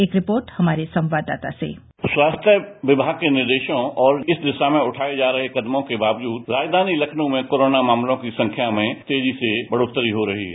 एक रिपोर्ट हमारे संवाददाता से स्वास्थ्य विमाग के निर्देशों और इस दिशा में उगए जा रहे कदमों के बावजूद राजधानी लखनऊ में कोरोना मामलों की संख्या तेजी से बढ़ रही है